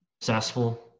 successful